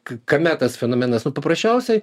kame tas fenomenasnu paprasčiausiai